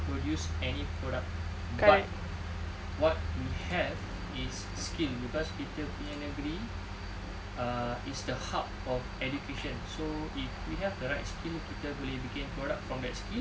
produce any product but what we have is skill cause kita punya negeri ah is the hub for education so if we have the right skills kita boleh bikin product from that skill